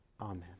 Amen